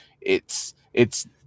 It's—it's